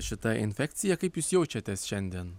šita infekcija kaip jūs jaučiatės šiandien